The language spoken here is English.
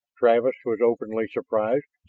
travis was openly surprised.